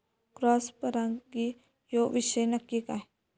Cross परागी ह्यो विषय नक्की काय?